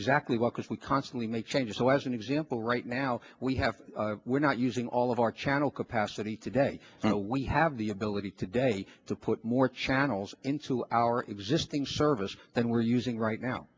exactly what course we constantly make changes so as an example right now we have we're not using all of our channel capacity today we have the ability today to put more channels into our existing service than we're using right now